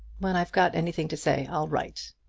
when i've got anything to say, i'll write.